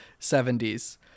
70s